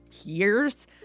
years